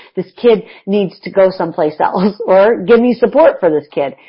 this kid needs to go someplace else. or, give me support for this kid,